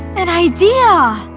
an idea!